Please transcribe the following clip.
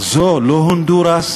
זו לא הונדורס?